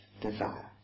desire